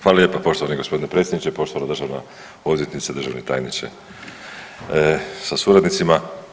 Hvala lijepa gospodine predsjedniče, poštovana državna odvjetnice, državni tajniče sa suradnicima.